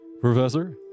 professor